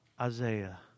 Isaiah